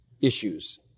issues